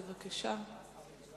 בבקשה.